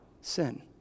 sin